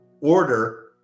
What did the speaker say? order